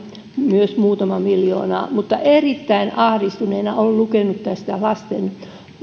myös turvakotitoimintaan muutama miljoona erittäin ahdistuneena olen lukenut näistä